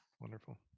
Wonderful